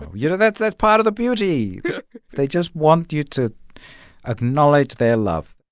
you know, that's that's part of the beauty. they just want you to acknowledge their love